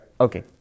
Okay